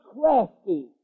crafty